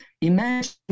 Imagine